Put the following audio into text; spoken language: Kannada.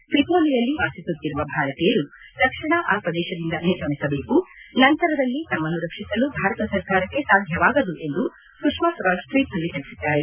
ತ್ರಿಪೋಲಿಯಲ್ಲಿ ವಾಸಿಸುತ್ತಿರುವ ಭಾರತೀಯರು ತಕ್ಷಣ ಆ ಪ್ರದೇಶದಿಂದ ನಿರ್ಗಮಿಸಬೇಕು ನಂತರದಲ್ಲಿ ತಮ್ಮನ್ನು ರಕ್ಷಿಸಲು ಭಾರತ ಸರ್ಕಾರಕ್ಕೆ ಸಾಧ್ಯವಾಗದು ಎಂದು ಸುಷ್ಮಾ ಸ್ವರಾಜ್ ಟ್ವಿಟ್ನಲ್ಲಿ ತಿಳಿಸಿದ್ದಾರೆ